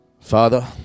father